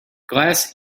glass